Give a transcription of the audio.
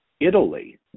Italy